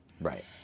Right